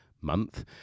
month